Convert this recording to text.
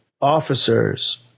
officers